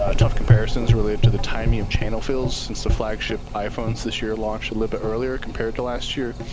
ah tough comparisons related to the timing of channel fills since the flagship iphones this year launched a little bit earlier compared to last year,